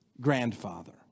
grandfather